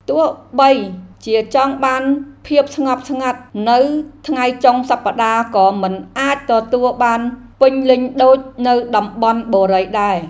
ទោះបីជាចង់បានភាពស្ងប់ស្ងាត់នៅថ្ងៃចុងសប្តាហ៍ក៏មិនអាចទទួលបានពេញលេញដូចនៅតំបន់បុរីដែរ។